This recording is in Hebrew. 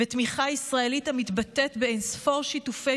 ומתמיכה ישראלית המתבטאת באין-ספור שיתופי